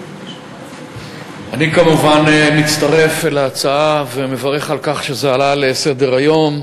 אני כמובן מצטרף להצעה ומברך על כך שהנושא עלה לסדר-היום.